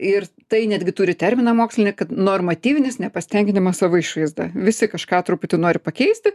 ir tai netgi turi terminą mokslinį kad normatyvinis nepasitenkinimas savo išvaizda visi kažką truputį nori pakeisti